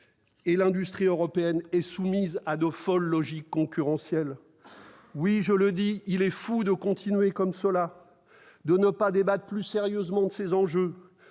et l'industrie européenne est soumise à de folles logiques concurrentielles. Oui, je le dis, il est fou de continuer comme cela, de ne pas débattre plus sérieusement de ces enjeux,